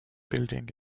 building